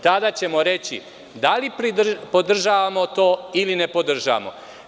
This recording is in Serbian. Tada ćemo reći da li podržavamo to ili ne podržavamo.